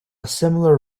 similar